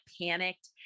panicked